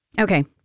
Okay